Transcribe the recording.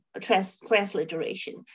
transliteration